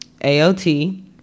AOT